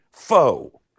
foe